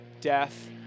death